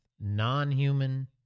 non-human